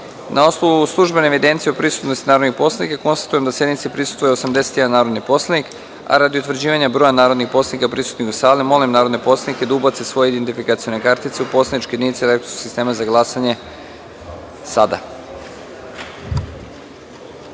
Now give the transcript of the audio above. osnovu službene evidencije o prisutnosti narodnih poslanika, konstatujem da sednici prisustvuje 81 narodni poslanik. Radi utvrđivanja broja narodnih poslanika prisutnih u sali, molim narodne poslanike da ubace svoje identifikacione kartice u poslaničke jedinice elektronskog sistema za glasanje. Konstatujem